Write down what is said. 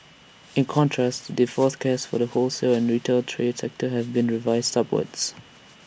in contrast the forecast for the wholesale and retail trade sector have been revised upwards